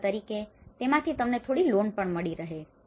દાખલા તરીકે તેમાંથી તમને થોડી લોન પણ મળી રહે